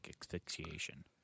asphyxiation